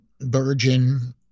virgin